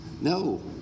No